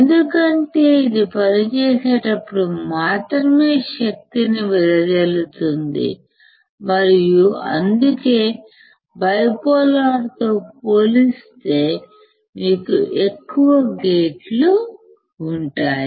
ఎందుకంటే ఇది పనిచేసేటప్పుడు మాత్రమే శక్తి వెదజల్లుతుంది మరియు అందుకే బైపోలార్ NMOS తో పోలిస్తే మీకు ఎక్కువ గేట్లు ఉంటాయి